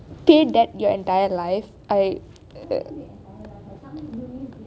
pay debt your entire life